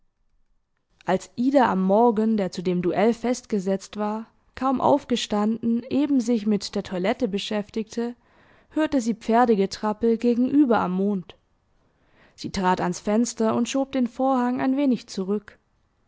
als ida am morgen der zu dem duell festgesetzt war kaum aufgestanden eben sich mit der toilette beschäftigte hörte sie pferdegetrappel gegenüber am mond sie trat ans fenster und schob den vorhang ein wenig zurück